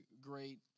great